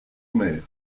mer